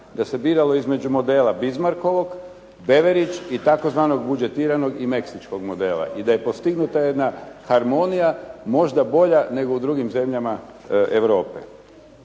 da se biralo između modela Bismarckovog, Deverić i tzv. budžetiranog i meksičkog modela i da je postignuta jedna harmonija možda bolja nego u drugim zemljama Europe.